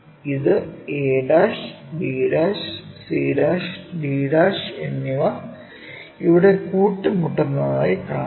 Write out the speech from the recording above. ഇത് a'b c'd' എന്നിവ ഇവിടെ കൂട്ടിമുട്ടുന്നതായി കാണാം